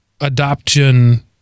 adoption